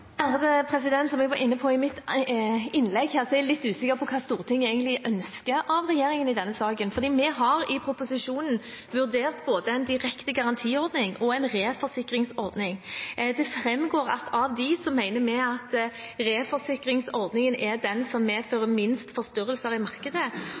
Som jeg var inne på i mitt innlegg, er jeg litt usikker på hva Stortinget egentlig ønsker av regjeringen i denne saken, for vi har i proposisjonen vurdert både en direkte garantiordning og en reforsikringsordning. Det framgår at av dem mener vi at reforsikringsordningen er den som